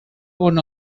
bon